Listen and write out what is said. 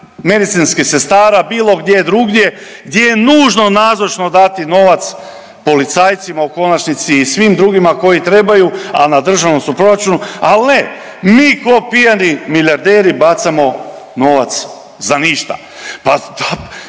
medicinskih sestara bilo gdje drugdje gdje je nužno nazočno dati novac policajcima u konačnici i svim drugima koji trebaju, a na državnom su proračunu ali ne. Mi ko pijani milijarderi bacamo novac za ništa.